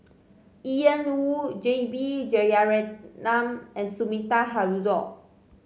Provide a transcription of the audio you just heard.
Ian Woo J B Jeyaretnam and Sumida Haruzo